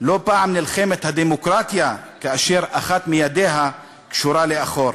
לא פעם נלחמת הדמוקרטיה כאשר אחת מידיה קשורה לאחור.